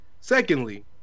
Secondly